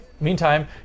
Meantime